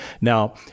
Now